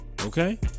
Okay